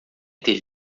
ter